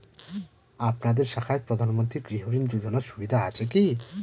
আপনাদের শাখায় প্রধানমন্ত্রী গৃহ ঋণ যোজনার সুবিধা আছে কি?